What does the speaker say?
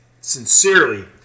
sincerely